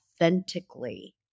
authentically